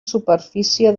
superfície